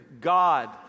God